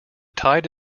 tide